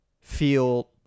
feel